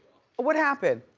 what happened?